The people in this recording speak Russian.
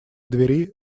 двери